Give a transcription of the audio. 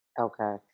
okay